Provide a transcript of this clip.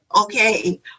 Okay